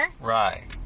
Right